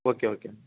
okay okay